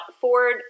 Ford